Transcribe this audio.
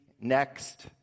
next